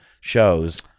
shows